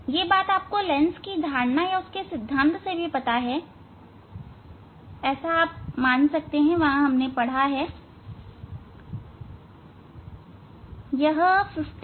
यह आपको लेंस की धारणा या सिद्धांत से पता है आप इसका अनुमान लगा सकते हैं आप ऐसा मान सकते हैं